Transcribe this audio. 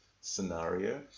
scenario